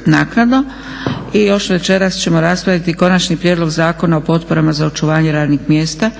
(SDP)** I još večeras ćemo raspraviti: - Konačni prijedlog Zakona o potporama za očuvanje radnih mjesta,